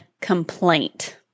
complaint